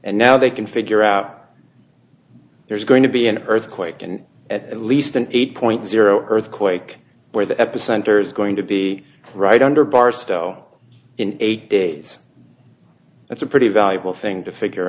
and now they can figure out there's going to be an earthquake and at least an eight point zero earthquake where the epicenter is going to be right under barstow in eight days that's a pretty valuable thing to figure